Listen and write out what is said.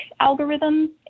algorithms